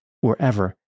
wherever